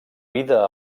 vida